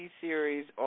series